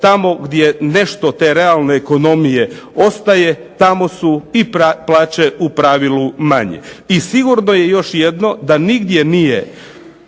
tamo gdje nešto te realne ekonomije ostaje tamo su i plaće u pravilu manje. I sigurno je još jedno, da nigdje nije